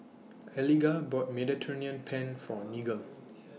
Eliga bought Mediterranean Penne For Nigel